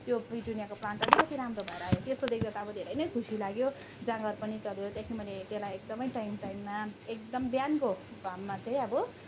त्यो पिटोनियाको प्लान्ट अलिकति राम्रो भएर आयो त्यस्तो देख्दा त अब धेरै नै खुसी लाग्यो जाँगर पनि चल्यो त्यहाँदेखि मैले त्यसलाई एकदमै टाइम टाइममा एकदम बिहानको घाममा चाहिँ अब